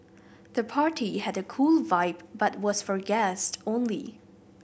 the party had a cool vibe but was for guests only